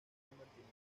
mantenimiento